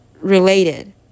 related